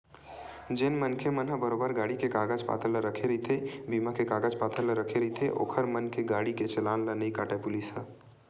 जेन मनखे मन ह बरोबर गाड़ी के कागज पतर ला रखे रहिथे बीमा के कागज पतर रखे रहिथे ओखर मन के गाड़ी के चलान ला नइ काटय पुलिस ह